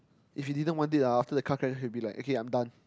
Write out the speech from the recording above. if he didn't want it ah then after the car crash he be like okay I'm done